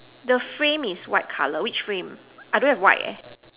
the frame is white color which frame I don't have white eh